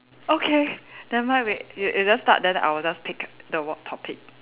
okay never mind we you you just start then I will just pick the word topic